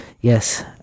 Yes